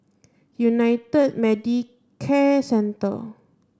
United Medicare Centre